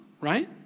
right